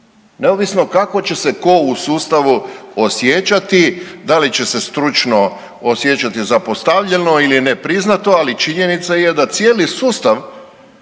neovisno kako će se tko u sustavu osjećati da li će se stručno osjećati zapostavljeno ili nepriznato, ali činjenica je da cijeli sustav